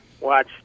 watch